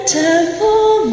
temple